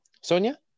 Sonia